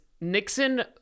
Nixon